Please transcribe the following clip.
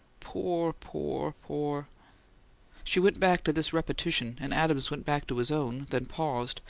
poor, poor, poor she went back to this repetition and adams went back to his own, then paused,